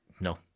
No